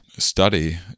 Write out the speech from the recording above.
study